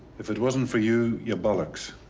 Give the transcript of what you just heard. if it wasn't for you, you bollix.